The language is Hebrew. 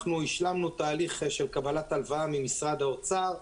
אנחנו השלמנו תהליך של קבלת הלוואה ממשרד האוצר,